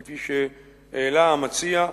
כפי שהעלה המציע,